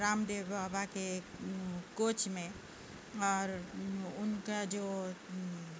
رام دیو بابا کے کوچ میں اور ان کا جو